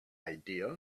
idea